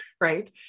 right